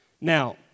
Now